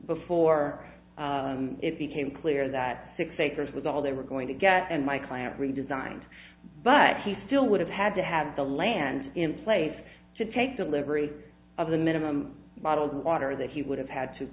before it became clear that six acres was all they were going to get and my client redesigned but he still would have had to have the land in place to take delivery of the minimum bottled water that he would have had to